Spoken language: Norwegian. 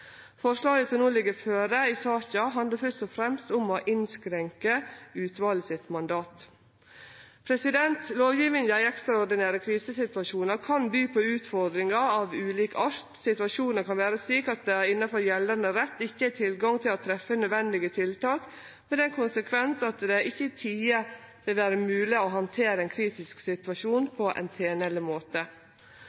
Forslaget som no ligg føre i saka, handlar først og fremst om å innskrenke mandatet til utvalet. Lovgjevinga i ekstraordinære krisesituasjonar kan by på utfordringar av ulik art. Situasjonar kan vere slik at det innanfor gjeldande rett ikkje er tilgang til å treffe nødvendige tiltak, med den konsekvens at det ikkje i tide vil vere mogleg å handtere ein kritisk situasjon